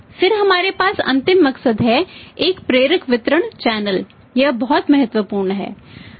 फिर हमारे पास अंतिम मकसद है एक प्रेरक वितरण चैनल यह बहुत महत्वपूर्ण है